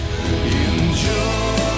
Enjoy